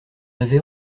avait